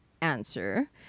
answer